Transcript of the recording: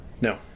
No